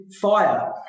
fire